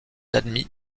admis